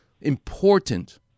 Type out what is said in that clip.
important